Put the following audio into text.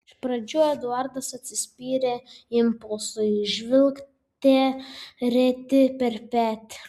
iš pradžių eduardas atsispyrė impulsui žvilgterėti per petį